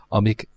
amik